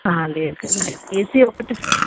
లేదు కదా ఏసీ ఒకటి